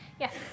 Yes